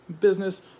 business